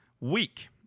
week